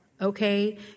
Okay